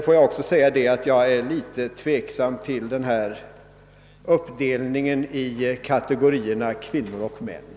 Jag måste också säga att jag är litet tveksam till uppdelningen i kategorierna kvinnor och män.